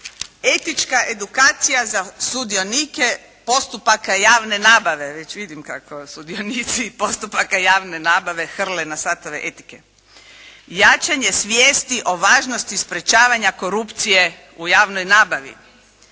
etička edukacija za sudionike postupaka javne nabave, već vidim kako sudionici postupaka javne nabave hrle na satove etike. Jačanje svijesti o važnosti sprečavanja korupcije u javnoj nabavi,